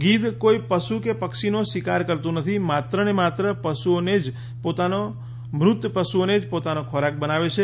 ગીધ કોઈ પશુ કે પક્ષીનો શિકાર કરતું નથી માત્રને માત્ર મૃત પશુઓને જ પોતાનો ખોરાક બનાવે છે